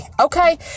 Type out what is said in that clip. okay